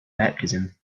baptism